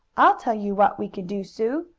i'll tell you what we can do, sue!